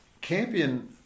Campion